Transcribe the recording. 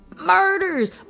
murders